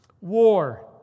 War